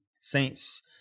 saints